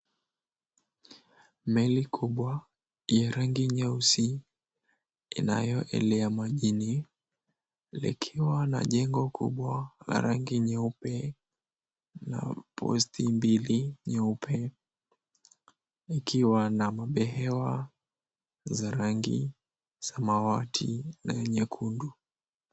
Meli kubwa, yenye rangi nyeusi, inayoelea majini, likiwa na jengo kubwa la rangi nyeupe na posti mbili nyeupe, ikiwa na mabehewa za rangi samawati na nyekundu.